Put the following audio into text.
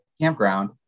campground